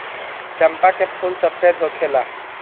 चंपा के फूल सफेद होखेला